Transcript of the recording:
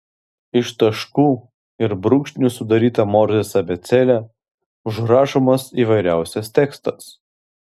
iš taškų ir brūkšnių sudaryta morzės abėcėle užrašomas įvairiausias tekstas